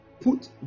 put